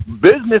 Business